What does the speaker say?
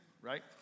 right